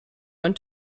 went